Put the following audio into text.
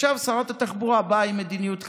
עכשיו שרת התחבורה באה עם מדיניות חדשה,